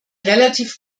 relativ